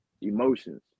emotions